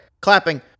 Clapping